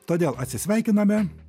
todėl atsisveikiname